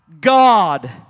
God